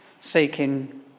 seeking